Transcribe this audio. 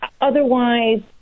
otherwise